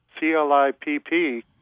C-L-I-P-P